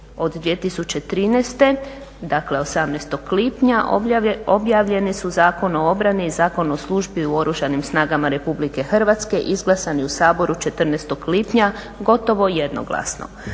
73/2013., dakle 18.lipnja objavljeni su Zakon o obrani i Zakon o službi o Oružanim snagama RH izglasani u Saboru 14.lipnja gotovo jednoglasno.